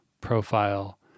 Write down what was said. profile